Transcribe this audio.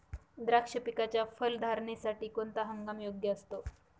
द्राक्ष पिकाच्या फलधारणेसाठी कोणता हंगाम योग्य असतो?